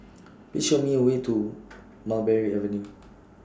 Please Show Me The Way to Mulberry Avenue